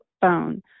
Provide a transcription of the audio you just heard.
phone